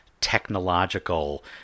technological